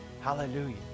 Hallelujah